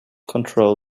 control